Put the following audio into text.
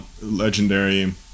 legendary